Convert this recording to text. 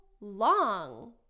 long